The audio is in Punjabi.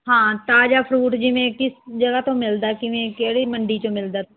ਹਾਂ ਤਾਜ਼ਾ ਫਰੂਟ ਜਿਵੇਂ ਕਿਸ ਜਗ੍ਹਾ ਤੋਂ ਮਿਲਦਾ ਕਿਵੇਂ ਕਿਹੜੀ ਮੰਡੀ 'ਚੋਂ ਮਿਲਦਾ